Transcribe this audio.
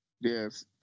Yes